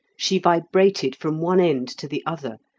she vibrated from one end to the other,